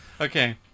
Okay